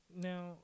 Now